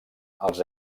els